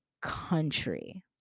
country